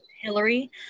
hillary